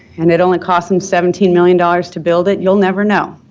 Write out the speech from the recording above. and it only costs them seventeen million dollars to built it, you'll never know.